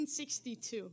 1962